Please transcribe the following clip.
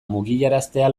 mugiaraztea